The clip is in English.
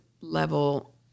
level